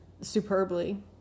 superbly